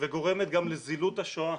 וגורמת גם לזילות השואה.